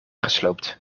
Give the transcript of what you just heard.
gesloopt